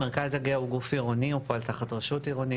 המרכז הגאה הוא גוף עירוני והוא פועל תחת רשות עירונית,